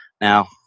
Now